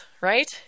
right